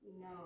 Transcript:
No